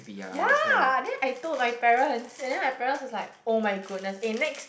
ya then I told my parents and then my parents was like oh-my-goodness eh next